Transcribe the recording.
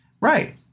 Right